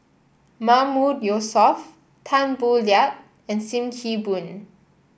Mahmood Yusof Tan Boo Liat and Sim Kee Boon